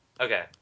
Okay